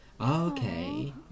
Okay